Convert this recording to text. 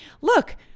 look